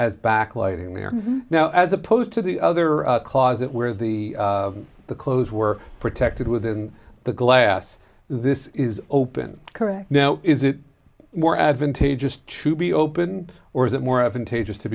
as back lighting there now as opposed to the other cause it where the the clothes were protected within the glass this is open correct now is it more advantageous to be opened or is it more advantageous to